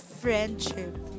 friendship